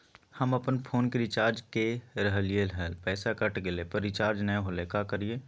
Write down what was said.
हम अपन फोन के रिचार्ज के रहलिय हल, पैसा कट गेलई, पर रिचार्ज नई होलई, का करियई?